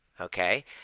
okay